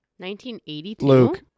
1982